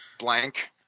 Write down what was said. blank